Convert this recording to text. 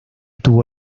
tuvo